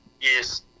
Yes